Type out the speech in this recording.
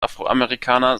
afroamerikaner